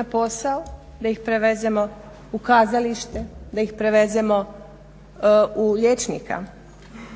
na posao, da ih prevezemo u kazalište, da ih prevezemo u liječnika.